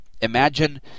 Imagine